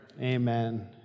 amen